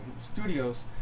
studios